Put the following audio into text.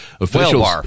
officials